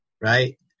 Right